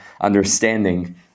understanding